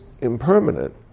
impermanent